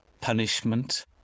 punishment